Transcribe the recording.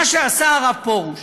מה שעשה הרב פרוש